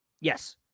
Yes